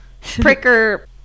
Pricker